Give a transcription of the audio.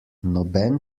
noben